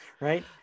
right